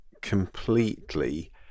completely